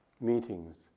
meetings